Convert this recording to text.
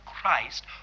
Christ